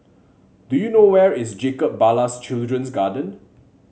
do you know where is Jacob Ballas Children's Garden